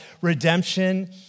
redemption